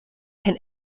can